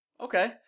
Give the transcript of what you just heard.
Okay